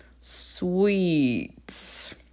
Sweet